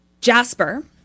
Jasper